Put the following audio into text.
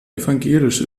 evangelisch